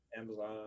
Amazon